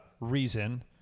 reason